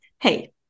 hey